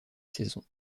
saison